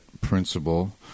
principle